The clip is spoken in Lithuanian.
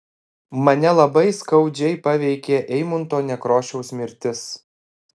mane labai skaudžiai paveikė eimunto nekrošiaus mirtis